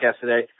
today